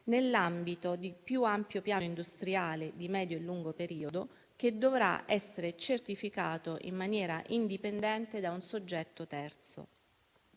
nell'ambito di un più ampio piano industriale di medio e lungo periodo che dovrà essere certificato in maniera indipendente da un soggetto terzo.